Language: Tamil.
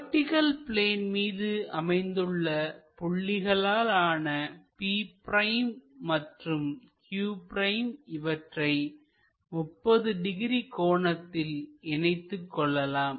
வெர்டிகள் பிளேன் மீது அமைந்துள்ள புள்ளிகளால் ஆன p' மற்றும் q' இவற்றை 30 டிகிரி கோணத்தில் இணைத்துக்கொள்ளலாம்